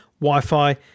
Wi-Fi